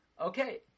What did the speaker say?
Okay